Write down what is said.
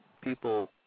people